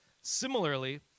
Similarly